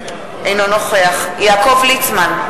אינו נוכח יעקב ליצמן,